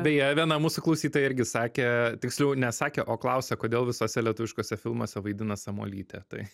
beje viena mūsų klausytoja irgi sakė tiksliau ne sakė o klausė kodėl visuose lietuviškuose filmuose vaidina samuolytė tai